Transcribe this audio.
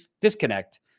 disconnect